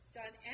done